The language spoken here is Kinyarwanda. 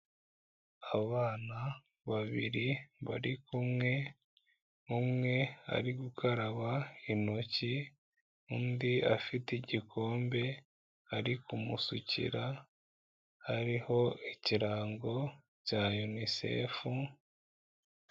Abana babiri bari kumwe umwe ari gukaraba intoki, undi afite igikombe ari kumusukira hariho ikirango cya UNICEF.